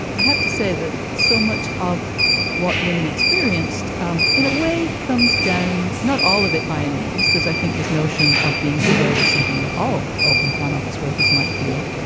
i have to say that so much of what women experienced um in a way comes down, not all of it by any means, because i think this notion of being surveilled is something that all open plan office workers might feel.